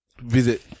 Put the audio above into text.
visit